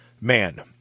man